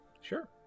Sure